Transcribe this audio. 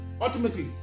Ultimately